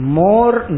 more